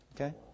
Okay